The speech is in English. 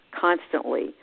constantly